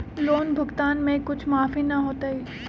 Loan भुगतान में कुछ माफी न होतई?